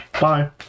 bye